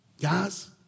Guys